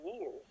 years